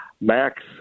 Max